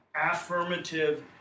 affirmative